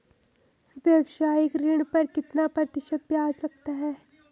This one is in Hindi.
व्यावसायिक ऋण पर कितना प्रतिशत ब्याज लगता है?